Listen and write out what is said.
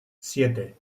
siete